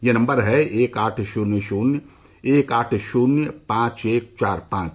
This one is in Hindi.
यह नम्बर है एक आठ शून्य शून्य एक आठ शून्य पांच एक चार पांच